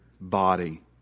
body